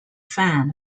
fan